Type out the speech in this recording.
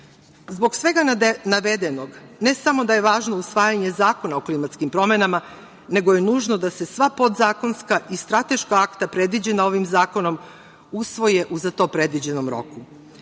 svega navedenog, ne samo da je važno usvajanje Zakona o klimatskim promenama, nego je nužno da se sva podzakonska i strateška akta predviđena ovim zakonom usvoje u za to predviđenom